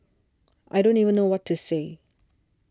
I don't even know what to say